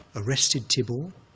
arrested thibaw,